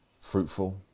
fruitful